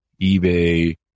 eBay